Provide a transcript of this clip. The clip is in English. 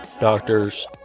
doctors